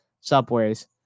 subways